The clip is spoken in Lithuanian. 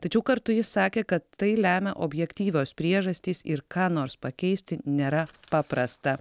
tačiau kartu jis sakė kad tai lemia objektyvios priežastys ir ką nors pakeisti nėra paprasta